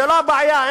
לא זו הבעיה,